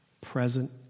present